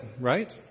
right